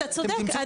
אתה צודק.